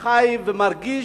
חי ומרגיש.